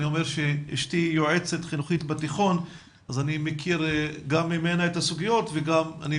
אשתי יועצת חינוכית בתיכון ואני מכיר גם ממנה את הסוגיות וגם אני